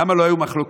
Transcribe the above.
למה לא היו מחלוקות?